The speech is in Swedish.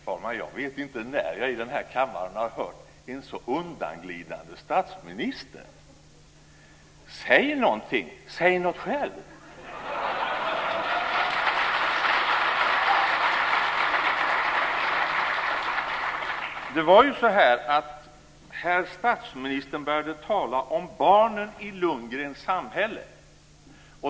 Fru talman! Jag vet inte när jag i den här kammaren har hört en så undanglidande statsminister. Säg någonting! säger han. Säg någonting själv! Herr statsminister började tala om barnen i Lundgrens samhälle.